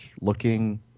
looking